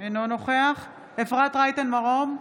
אינו נוכח אפרת רייטן מרום,